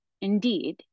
Indeed